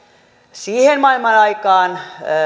siihen maailmanaikaan